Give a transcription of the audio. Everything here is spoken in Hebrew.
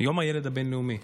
יום הילד הבין-לאומי.